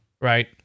Right